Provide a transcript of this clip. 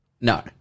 No